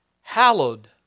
Hallowed